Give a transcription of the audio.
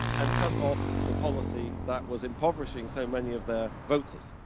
and cut off the policy that was impoverishing so many of their voters.